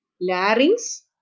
larynx